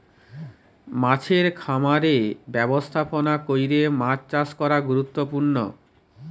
মাছের খামারের ব্যবস্থাপনা কইরে মাছ চাষ করা গুরুত্বপূর্ণ